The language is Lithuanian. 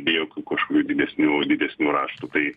be jokių kažkokių didesnių didesnių raštų tai